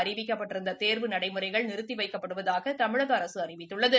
அறிவிக்கப்பட்டிருந்த தேர்வு நடைமுறைகள் நிறுத்தி வைக்கப்படுவதாக தமிழக அரசு அறிவித்துள்ளது